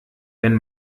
wenn